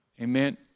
Amen